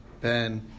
Ben